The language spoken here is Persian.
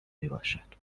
میباشد